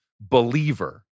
believer